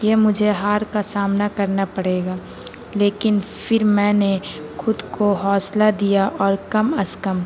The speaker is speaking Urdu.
یہ مجھے ہار کا سامنا کرنا پڑے گا لیکن پھر میں نے خود کو حوصلہ دیا اور کم از کم